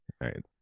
right